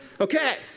okay